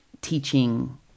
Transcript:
teaching